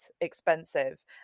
expensive